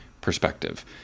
perspective